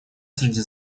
среди